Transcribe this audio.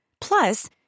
Plus